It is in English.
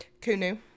Kunu